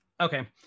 okay